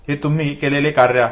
हे तुम्ही केलेले कार्य आहे